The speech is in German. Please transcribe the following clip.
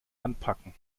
anpacken